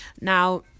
now